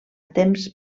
temps